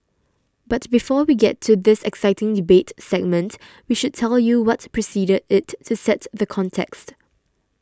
but before we get to this exciting debate segment we should tell you what preceded it to set the context